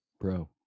Bro